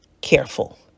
careful